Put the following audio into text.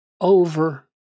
over